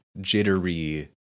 jittery